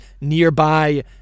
nearby